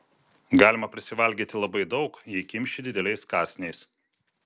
galima prisivalgyti labai daug jei kimši dideliais kąsniais